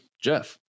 Jeff